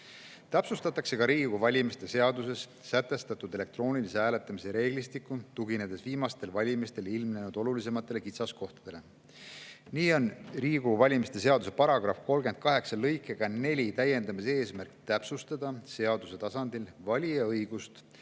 täpsustatakse Riigikogu valimise seaduses sätestatud elektroonilise hääletamise reeglistikku, tuginedes viimastel valimistel ilmnenud olulisematele kitsaskohtadele. Nii on Riigikogu valimise seaduse § 38 lõikega 4 täiendamise eesmärk täpsustada seaduse tasandil valija õigust